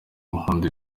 ankunda